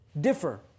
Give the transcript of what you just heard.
differ